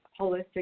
holistic